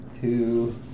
Two